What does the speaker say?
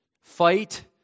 fight